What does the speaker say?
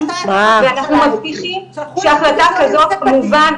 ואנחנו מבטיחים שהחלטה כזאת כמובן,